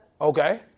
Okay